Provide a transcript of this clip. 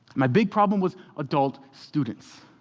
my big problem was adult students.